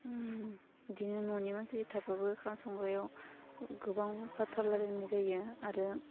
बिदिनो न'नि मानसि थाबाबो ओंखाम संग्रायाव गोबां बाथ्रा रायलायनाय जायो आरो